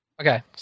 Okay